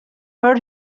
heard